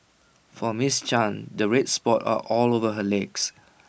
for miss chan the red spots are all over her legs